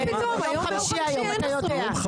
מה פתאום, יום חמישי היום, אין.